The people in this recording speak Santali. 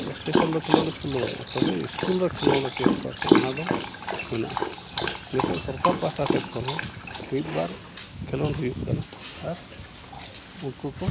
ᱮᱥᱯᱮᱥᱟᱞᱫᱚ ᱠᱷᱮᱞᱳᱰ ᱤᱥᱠᱩᱞᱫᱚ ᱵᱟᱹᱱᱩᱜᱼᱟ ᱛᱚᱵᱮ ᱤᱥᱠᱩᱞᱨᱮ ᱠᱷᱮᱞᱳᱰ ᱦᱚᱪᱚᱭᱮᱫ ᱠᱚᱣᱟᱠᱚ ᱚᱱᱟᱫᱚ ᱢᱮᱱᱟᱜᱼᱟ ᱱᱤᱛᱚᱜ ᱥᱚᱨᱠᱟᱨ ᱯᱟᱦᱴᱟ ᱥᱮᱫ ᱠᱷᱚᱱᱦᱚᱸ ᱢᱤᱫᱼᱵᱟᱨ ᱠᱷᱮᱞᱳᱱᱰ ᱦᱩᱭᱩᱜ ᱠᱟᱱᱟ ᱟᱨ ᱩᱱᱠᱩᱠᱚ